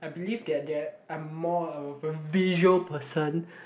I believe that that I'm more of a visual person